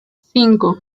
cinco